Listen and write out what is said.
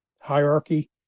hierarchy